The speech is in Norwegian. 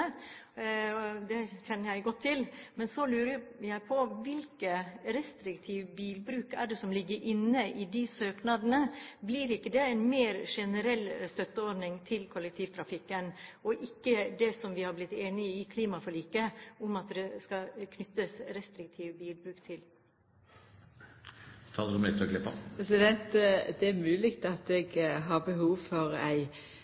Det kjenner jeg godt til. Men så lurer jeg på: Hvilken restriktiv bilbruk er det som ligger inne i de søknadene? Blir ikke det mer en generell støtteordning til kollektivtrafikken, og ikke det som vi har blitt enige om i klimaforliket, at det skal knyttes til restriktiv bilbruk? Det er mogleg at eg har behov for ein konsultasjon med Susanne Bratli om det ligg føre ei